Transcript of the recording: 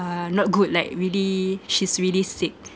not good like really she's really sick